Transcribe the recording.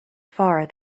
far